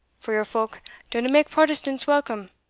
for your folk dinna mak protestants welcome,